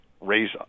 raise